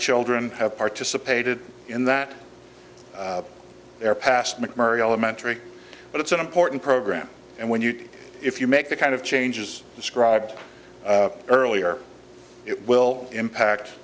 children have participated in that their past mcmurry elementary but it's an important program and when you if you make the kind of changes described earlier it will impact